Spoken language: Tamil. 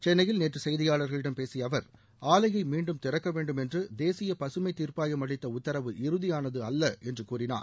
சென்னையில் நேற்று செய்தியாளர்களிடம் பேசிய அவர் ஆலையை மீண்டும் திறக்க வேண்டும் என்று தேசிய பகமை தீர்ப்பாயம் அளித்த உத்தரவு இறுதியானது அல்ல என்று கூறினார்